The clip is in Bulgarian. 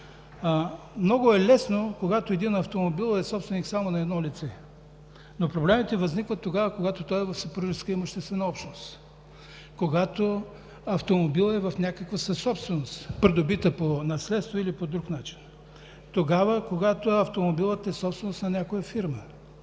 много е лесно, когато един автомобил е собственост само на едно лице. Но проблемите възникват, когато той е в съпружеска имуществена общност; когато автомобилът е в някаква съсобственост, придобита по наследство или по друг начин; когато автомобилът е собственост на някоя фирма;